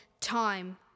time